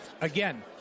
Again